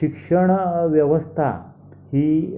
शिक्षणव्यवस्था ही